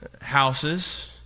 houses